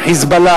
ה"חיזבאללה",